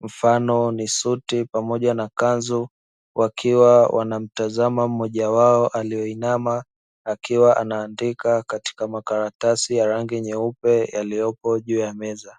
mfano ni suti pamoja na kanzu, wakiwa wanamtazama mmoja wao aliyeinama akiwa anaandika katika makaratasi ya rangi nyeupe, yaliyopo juu ya meza.